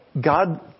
God